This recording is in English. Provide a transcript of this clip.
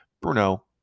Bruno